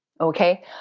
okay